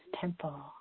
temple